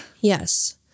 Yes